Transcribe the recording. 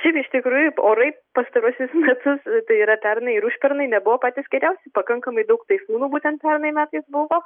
šiaip iš tiktųjų orai pastaruosius metus tai yra pernai ir užpernai nebuvo patys geriausi pakankamai daug taifūnų būtent pernai metais buvo